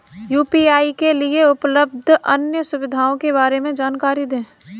UPI के लिए उपलब्ध अन्य सुविधाओं के बारे में जानकारी दें?